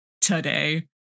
today